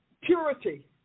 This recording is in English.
purity